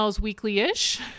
weekly-ish